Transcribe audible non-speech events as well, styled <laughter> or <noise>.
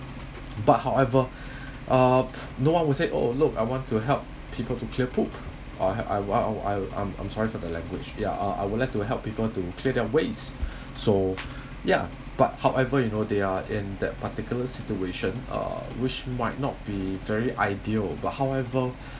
but however uh <noise> no one will say oh look I want to help people to clear poop I I'll I'll I'm I'm sorry for the language ya I I would like to help people to clear their waste so ya but however you know they are in that particular situation uh which might not be very ideal but however